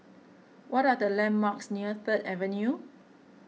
what are the landmarks near Third Avenue